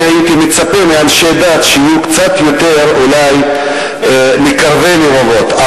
אני הייתי מצפה מאנשי דת שיהיו קצת יותר אולי מקרבי לבבות.